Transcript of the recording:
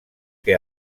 que